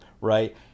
right